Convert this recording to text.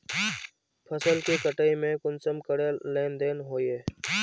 फसल के कटाई में कुंसम करे लेन देन होए?